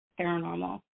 paranormal